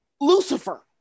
Lucifer